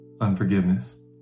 Unforgiveness